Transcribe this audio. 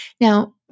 Now